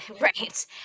right